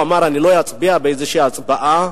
הוא אמר: אני לא אצביע, באיזושהי הצבעה,